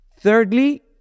Thirdly